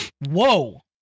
Whoa